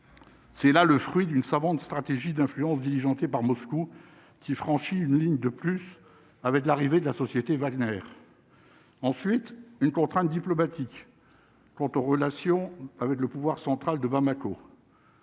c'est là le fruit d'une savante stratégie d'influence diligentée par Moscou qui franchit une ligne de plus avec l'arrivée de la société Wagner. Ensuite, une contrainte diplomatique quant aux relations avec le pouvoir central de Bamako.